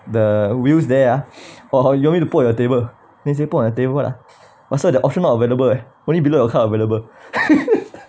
the wheels there or you want me to put on your table then say put on the table lah what so the option not available eh only below you car available